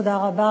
תודה רבה,